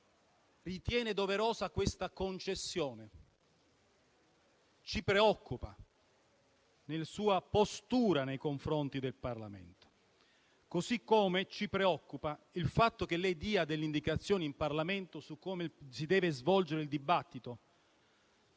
ritiene doverosa questa concessione ci preoccupa per la sua postura nei confronti del Parlamento. Allo stesso modo ci preoccupa il fatto che lei dia indicazioni in Parlamento su come si deve svolgere il dibattito: